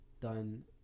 done